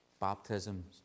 baptisms